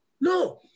No